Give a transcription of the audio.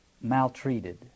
maltreated